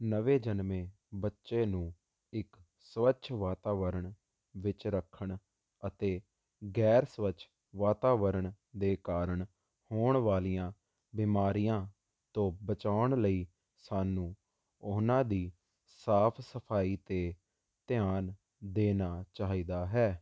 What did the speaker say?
ਨਵੇਂ ਜਨਮੇ ਬੱਚੇ ਨੂੰ ਇੱਕ ਸਵੱਛ ਵਾਤਾਵਰਣ ਵਿੱਚ ਰੱਖਣ ਅਤੇ ਗੈਰ ਸਵੱਛ ਵਾਤਾਵਰਣ ਦੇ ਕਾਰਨ ਹੋਣ ਵਾਲੀਆਂ ਬਿਮਾਰੀਆਂ ਤੋਂ ਬਚਾਉਣ ਲਈ ਸਾਨੂੰ ਉਹਨਾਂ ਦੀ ਸਾਫ ਸਫਾਈ ਤੇ ਧਿਆਨ ਦੇਣਾ ਚਾਹੀਦਾ ਹੈ